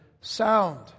sound